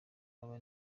aba